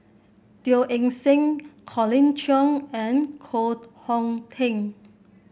Teo Eng Seng Colin Cheong and Koh Hong Teng